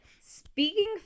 speaking